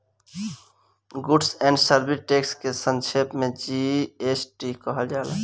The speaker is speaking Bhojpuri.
गुड्स एण्ड सर्विस टैक्स के संक्षेप में जी.एस.टी कहल जाला